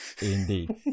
Indeed